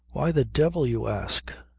why the devil, you ask.